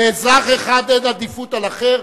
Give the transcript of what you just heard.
לאזרח אחד אין עדיפות על אחר,